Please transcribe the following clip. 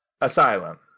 Asylum